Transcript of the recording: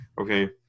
Okay